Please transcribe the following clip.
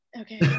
okay